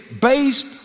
based